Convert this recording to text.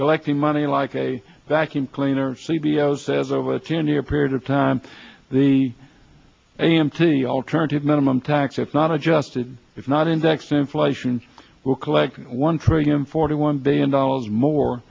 collecting money like a vacuum cleaner c b l says over a ten year period of time the a m t the alternative minimum tax if not adjusted if not indexed inflation will collect one trillion forty one billion dollars more